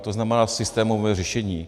To znamená, systémové řešení.